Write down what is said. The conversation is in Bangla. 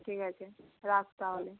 ঠিক আছে রাখ তাহলে